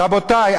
רבותי,